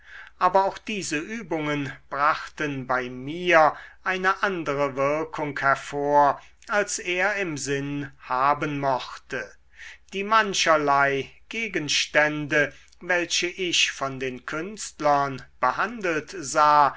aber auch diese übungen brachten bei mir eine andere wirkung hervor als er im sinn haben mochte die mancherlei gegenstände welche ich von den künstlern behandelt sah